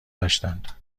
داشتند